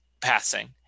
passing